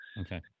Okay